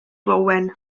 owen